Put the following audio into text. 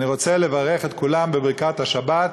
אני רוצה לברך את כולם בברכת השבת,